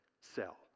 sell